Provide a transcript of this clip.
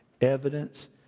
evidence